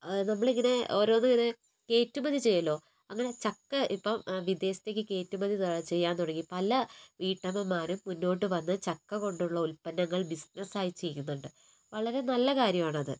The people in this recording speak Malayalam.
നമ്മളിങ്ങനെ ഓരോന്ന് ഇങ്ങനെ കയറ്റുമതി ചെയ്യുമല്ലോ അങ്ങനെ ചക്ക ഇപ്പം വിദേശത്തേയ്ക്ക് കയറ്റുമതി ചെയ്യാൻ തുടങ്ങി പല വീട്ടമ്മമാരും മുന്നോട്ട് വന്ന് ചക്കകൊണ്ടുള്ള ഉത്പന്നങ്ങൾ ബിസിനസ്സായി ചെയ്യുന്നുണ്ട് വളരെ നല്ല കാര്യമാണത്